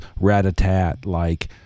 rat-a-tat-like